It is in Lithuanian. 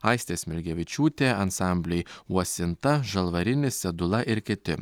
aistė smilgevičiūtė ansambliai uosinta žalvarinis sedula ir kiti